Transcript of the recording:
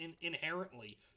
inherently